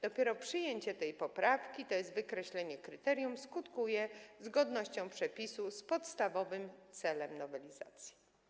Dopiero przyjęcie tej poprawki, tj. wykreślenie kryterium, skutkuje zgodnością przepisu z podstawowym celem nowelizacji.